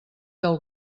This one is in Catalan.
del